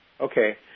Okay